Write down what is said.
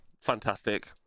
fantastic